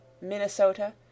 MINNESOTA